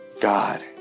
God